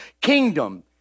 kingdom